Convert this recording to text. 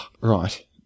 Right